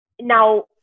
Now